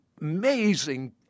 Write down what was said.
amazing